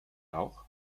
auch